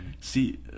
see